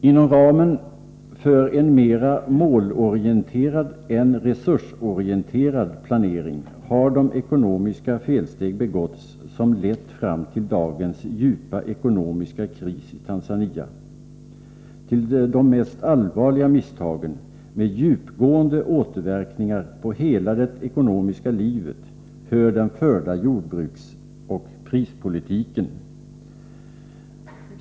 Inom ramen för en mera målorienterad än resursorienterad planering har de ekonomiska felsteg begåtts som lett fram till dagens djupa ekonomiska kris i Tanzania. Till de mest allvarliga misstagen, med djupgående återverkningar på hela det ekonomiska livet, hör den förda jordbruksoch prispolitiken.